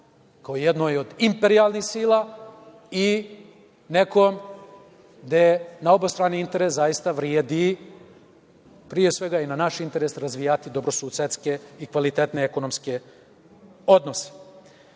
kao jednoj od imperijalnih sila i nekom gde na obostrani interes zaista vredi, pre svega, i na naš interes razvijati dobrosusedske i kvalitetne ekonomske odnose. Turske